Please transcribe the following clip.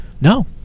no